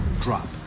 drop